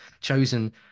chosen